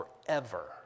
forever